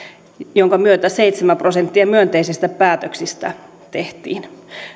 jonka myötä seitsemän prosenttia myönteisistä päätöksistä tehtiin